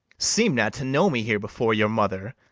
seem not to know me here before your mother,